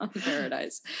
paradise